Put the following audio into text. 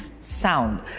sound